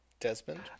Desmond